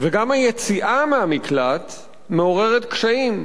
וגם היציאה מהמקלט מעוררת קשיים.